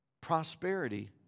Prosperity